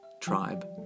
tribe